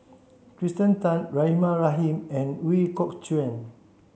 Kirsten Tan Rahimah Rahim and Ooi Kok Chuen